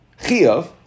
Chiyav